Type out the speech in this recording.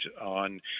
on